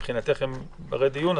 שמבחינתך הם ברי דיון,